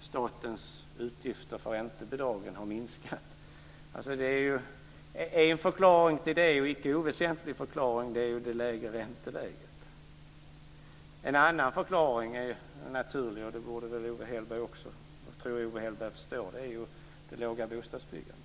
statens utgifter för räntebidragen har minskat. En icke oväsentlig förklaring till det är det lägre ränteläget. En annan naturlig förklaring är - och det tror jag att Owe Hellberg förstår - det låga bostadsbyggandet.